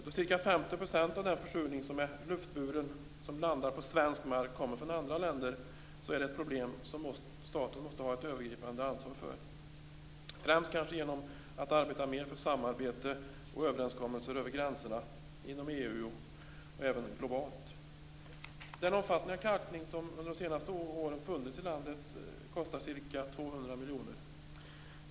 Då ca 50 % av den försurning som sker beror på luftburna föroreningar från andra länder som landar på svensk mark, är detta ett problem som staten måste ha ett övergripande ansvar för. Det kan främst ske genom ett arbeta mer för samarbete och överenskommelser över gränserna inom EU och globalt. Den omfattande kalkning som under de senaste åren funnits i landet kostar ca 200 miljoner kronor.